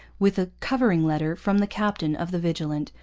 with a covering letter from the captain of the vigilant,